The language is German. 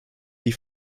die